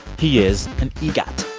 he is an egot,